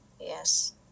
Yes